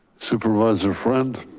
supervisor friend.